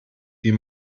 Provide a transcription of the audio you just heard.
wie